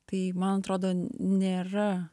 tai man atrodo nėra